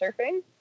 surfing